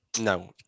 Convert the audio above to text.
No